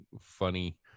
funny